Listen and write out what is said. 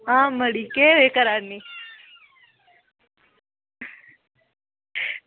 आं मड़ी केह् करानी